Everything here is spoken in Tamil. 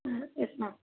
ம் யெஸ் மேம்